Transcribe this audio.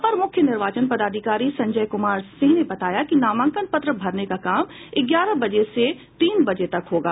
अपर मुख्य निर्वाचन पदाधिकारी संजय कुमार सिंह ने बताया कि नामांकन पत्र भरने का काम ग्यारह बजे से तीन बजे तक होगा